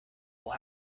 will